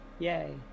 yay